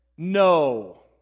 No